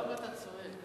למה אתה צועק?